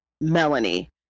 Melanie